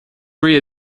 three